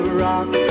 rock